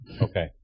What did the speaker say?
Okay